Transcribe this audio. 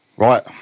Right